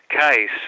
case